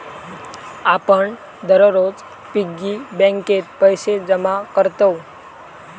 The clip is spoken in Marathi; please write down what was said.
आपण दररोज पिग्गी बँकेत पैसे जमा करतव